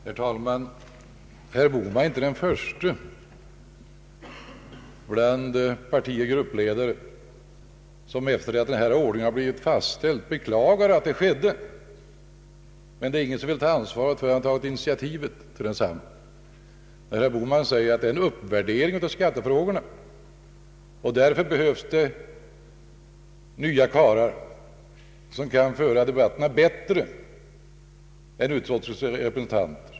Herr talman! Herr Bohman är inte den förste bland partioch gruppledare som, efter det att denna ordning blivit fastställd, beklagar att det skedde, men det är ingen som vill ta ansvaret för att ha tagit initiativet. Herr Bohman säger att det är en uppvärdering av skattefrågornas betydelse och att det därför skulle behövas nya karlar som kan föra debatterna bättre än utskottets representanter.